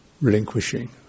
relinquishing